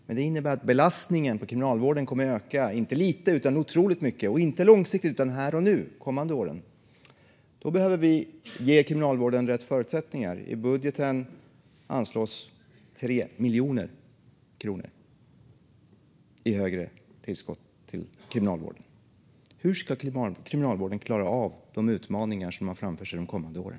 Men det innebär att belastningen på Kriminalvården kommer att öka - inte lite utan otroligt mycket, och inte långsiktigt utan här och nu och under de kommande åren. Då behöver vi ge Kriminalvården rätt förutsättningar. I budgeten anslås 3 miljoner kronor i högre tillskott till Kriminalvården. Hur ska Kriminalvården klara av de utmaningar som den har framför sig de kommande åren?